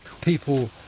People